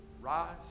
Rise